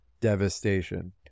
devastation